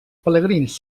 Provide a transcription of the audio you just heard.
pelegrins